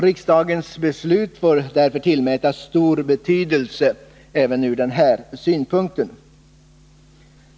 Riksdagens beslut får därför tillmätas stor betydelse även ur den här synpunkten.